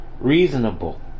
reasonable